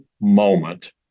moment